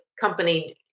company